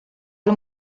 del